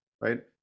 right